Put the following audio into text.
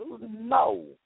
No